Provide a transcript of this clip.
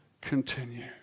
continue